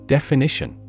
Definition